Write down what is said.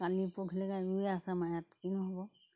পানী পৰহিলৈকে ৰুই আছে আমাৰ ইয়াত কি হ'ব